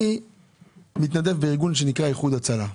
אני מתנדב בארגון שנקרא איחוד הצלה.